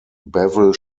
bevel